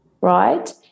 right